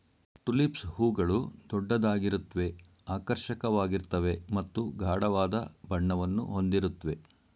tulips ಹೂಗಳು ದೊಡ್ಡದಾಗಿರುತ್ವೆ ಆಕರ್ಷಕವಾಗಿರ್ತವೆ ಮತ್ತು ಗಾಢವಾದ ಬಣ್ಣವನ್ನು ಹೊಂದಿರುತ್ವೆ